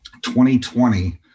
2020